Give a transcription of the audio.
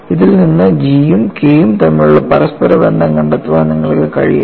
ഇതിൽനിന്ന് G യും K യും തമ്മിലുള്ള പരസ്പര ബന്ധം കണ്ടെത്താൻ നിങ്ങൾക്ക് കഴിയുമോ